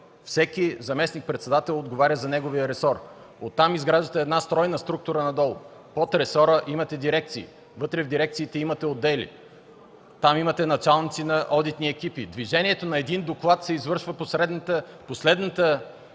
всеки заместник-председател отговаря за неговия ресор. Оттам изграждате една стройна структура надолу. Под ресора имате дирекции, вътре в дирекциите имате отдели. Там имате началници на одитни екипи. Движението на един доклад се извършва по следната